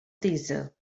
ddiesel